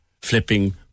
flipping